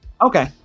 Okay